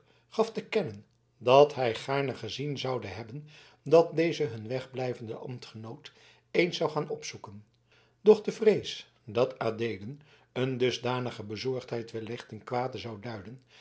gaf te kennen dat hij gaarne gezien zoude hebben dat deze hun wegblijvenden ambtgenoot eens zou gaan opzoeken doch de vrees dat adeelen een dusdanige bezorgdheid wellicht ten kwade zou duiden